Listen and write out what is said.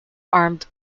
armed